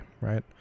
right